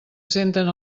centren